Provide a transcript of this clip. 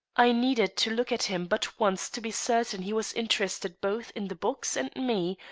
i needed to look at him but once to be certain he was interested both in the box and me,